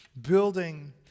building